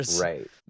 Right